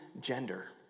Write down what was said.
gender